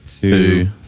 two